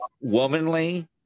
womanly